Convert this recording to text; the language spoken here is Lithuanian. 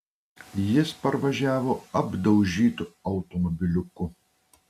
jis parvažiavo apdaužytu automobiliuku